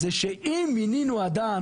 שאם מינינו אדם